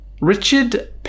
Richard